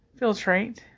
filtrate